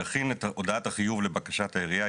יכין את הודעת החיוב לבקשת העירייה,